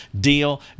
deal